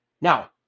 Now